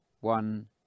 one